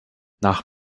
nach